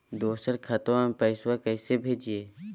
दोसर खतबा में पैसबा कैसे भेजिए?